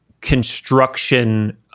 construction